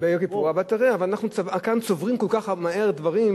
ודאי שאנחנו יודעים שגם ביום שמחה,